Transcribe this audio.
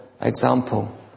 example